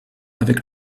avec